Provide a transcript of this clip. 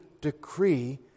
decree